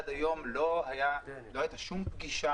עד היום לא הייתה פגישה,